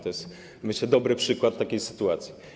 To jest, myślę, dobry przykład takiej sytuacji.